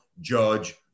Judge